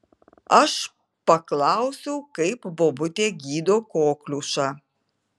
aš paklausiau kaip bobutė gydo kokliušą